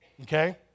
Okay